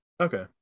Okay